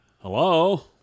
Hello